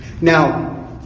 Now